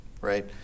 right